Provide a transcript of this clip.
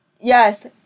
Yes